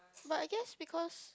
but I guess because